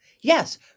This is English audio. Yes